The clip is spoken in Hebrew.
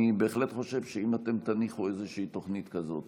אני בהחלט חושב שאם אתם תניחו איזושהי תוכנית כזאת,